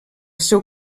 seu